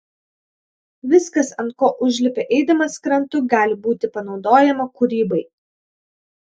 viskas ant ko užlipi eidamas krantu gali būti panaudojama kūrybai